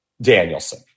Danielson